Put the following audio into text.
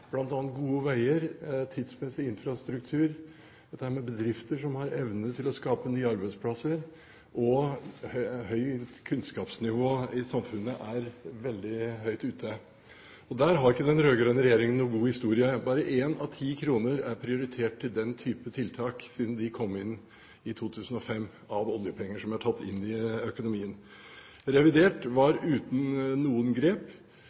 bl.a. gode veier, tidsmessig infrastruktur og bedrifter som har evnen til å skape nye arbeidsplasser og høyt kunnskapsnivå i samfunnet, er veldig høyt ute. Der har ikke den rød-grønne regjeringen noen god historie: Bare én av ti kroner av oljepenger som er tatt inn i økonomien, er prioritert til den typen tiltak siden regjeringen kom inn i 2005. Revidert var uten noen grep,